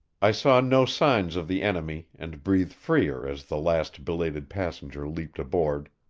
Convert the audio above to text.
i saw no signs of the enemy, and breathed freer as the last belated passenger leaped aboard,